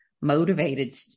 motivated